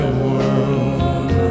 world